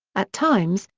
at times,